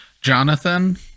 Jonathan